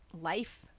life